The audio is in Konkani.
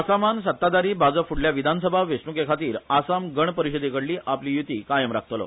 आसामान सत्ताधारी भाजप फ्डल्या विधानसभा वेचण्केखातीर आसाम गण परिषदेकडली आपली य्ती कायम राखतलो